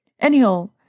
Anyhow